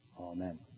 Amen